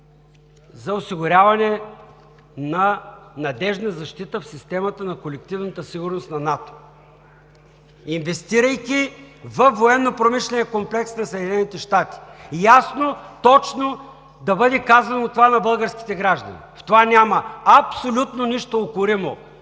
за осигуряване на надеждна защита в системата на колективната сигурност на НАТО, инвестирайки във военнопромишления комплекс на Съединените щати. Ясно, точно да бъде казано това на българските граждани. В това няма абсолютно нищо укоримо,